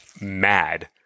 mad